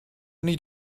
need